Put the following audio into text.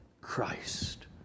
Christ